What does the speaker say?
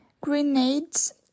grenades